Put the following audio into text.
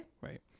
right